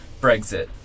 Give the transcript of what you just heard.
Brexit